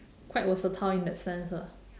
quite versatile in that sense lah